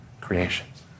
creations